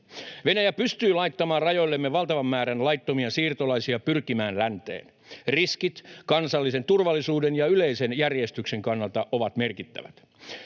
Venäjä pystyy laittamaan rajoillemme valtavan määrän laittomia siirtolaisia pyrkimään länteen. Riskit kansallisen turvallisuuden ja yleisen järjestyksen kannalta ovat merkittävät.